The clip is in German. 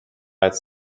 als